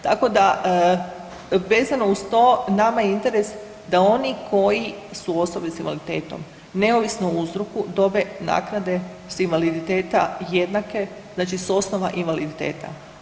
Tako da vezano uz to nama je interes da oni koji su osobe s invaliditetom neovisno o uzroku dobe nakade s invaliditeta jednake znači s osnova invaliditeta.